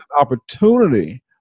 opportunity